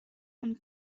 und